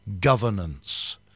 governance